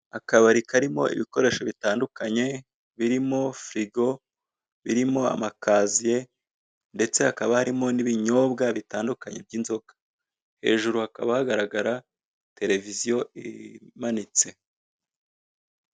Akabari karimo ibikoresho bitandukanye birimo firigo, birimo amakaziye ndetse hakaba harimo n'ibinyobwa bitandukanye by'inzoga, hejuru hakaba hagaragara televiziyo imanitse.